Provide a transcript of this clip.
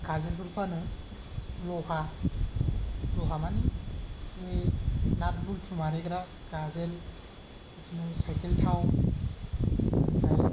गोजोलफोर फानो लहा लहा मानि बै नाथ बल्थु मारिग्रा गोजोल बिदिनो साइकेल थाव ओमफ्राय